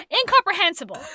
Incomprehensible